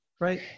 Right